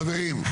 חברים,